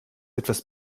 etwas